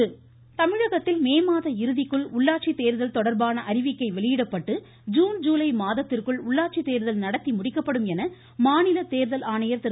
மாலிக் பெரோஸ்கான் தமிழகத்தில் மே மாத இறுதிக்குள் உள்ளாட்சி தேர்தல் தொடர்பான அறிவிக்கை வெளியிடப்பட்டு ஜுன் ஜுலை மாதத்திற்குள் உள்ளாட்சிதேர்தல் நடத்தி முடிக்கப்படும் என மாநில தேர்தல் ஆணையர் திரு